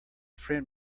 friend